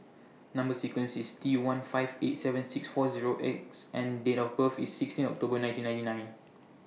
Number sequence IS T one five eight seven six four Zero X and Date of birth IS sixteen October nineteen ninety nine